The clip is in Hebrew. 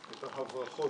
את ההברחות,